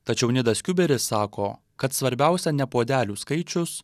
tačiau nidas kiuberis sako kad svarbiausia ne puodelių skaičius